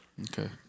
Okay